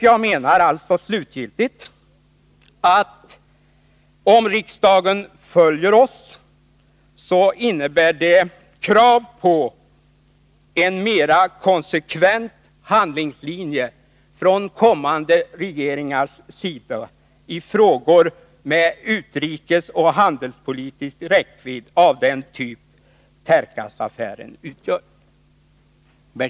Jag menar alltså att om riksdagen följer oss så innebär det krav på en mera konsekvent handlingslinje från kommande regeringars sida i frågor med utrikesoch handelspolitisk räckvidd av den typ som Tercasaffären utgör.